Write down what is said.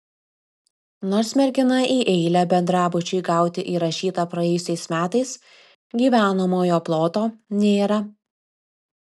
nors mergina į eilę bendrabučiui gauti įrašyta praėjusiais metais gyvenamojo ploto nėra